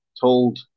told